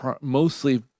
mostly